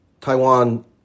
Taiwan